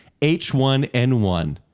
H1N1